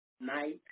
night